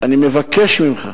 אני מבקש ממך,